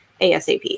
ASAP